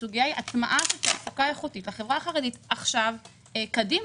הסוגיה היא הטמעת התעסוקה האיכותית לחברה החרדית עכשיו וקדימה.